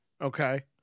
Okay